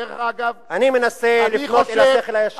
דרך אגב, אני מנסה לפנות אל השכל הישר.